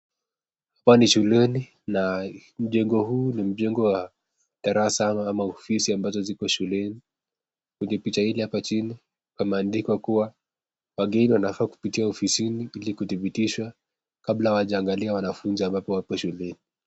Hapa ni shuleni na mjengo huu ni mjengo wa darasa ama ofisi ambazo ziko shuleni. Kwenye picha ili hapa chini pameadikwa kuwa wageni wanafaa kupitia ofisini ili kudhibitisha, kabla hawajaangalia wanafunzi ambapo wako shuleni.